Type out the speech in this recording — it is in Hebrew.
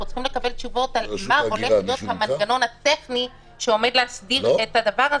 צרים לקבל תשובות על מה הולך להיות המנגנון הטכני שעומד להסדיר את זה.